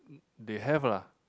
they have lah